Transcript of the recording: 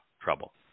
trouble